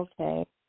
Okay